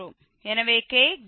எனவே k≥1